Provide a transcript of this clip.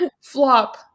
Flop